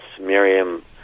Miriam